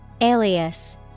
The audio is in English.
Alias